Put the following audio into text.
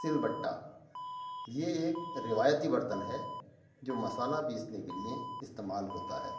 سل بٹا یہ ایک روایتی برتن ہے جو مصالحہ پیسنے کے لئے استعمال ہوتا ہے